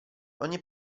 ogni